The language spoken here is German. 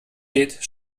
geht